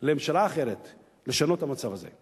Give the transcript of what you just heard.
לממשלה אחרת לשנות את המצב הזה.